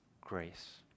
grace